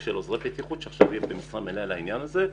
של עוזרי בטיחות שעכשיו יהיה במשרה מלאה לעניין הזה,